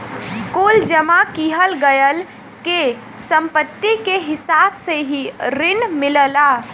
कुल जमा किहल गयल के सम्पत्ति के हिसाब से ही रिन मिलला